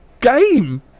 game